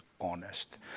honest